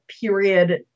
period